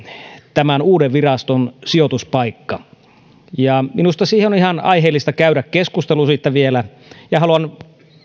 tämän uuden viraston sijoituspaikka ja minusta on ihan aiheellista käydä keskustelua siitä vielä haluan